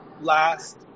last